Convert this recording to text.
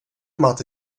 máte